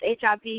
HIV